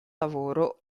lavoro